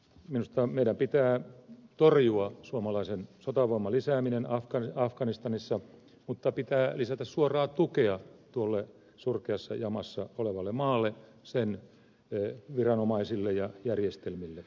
minusta meidän pitää torjua suomalaisen sotavoiman lisääminen afganistanissa mutta pitää lisätä suoraa tukea tuolle surkeassa jamassa olevalle maalle sen viranomaisille ja järjestelmille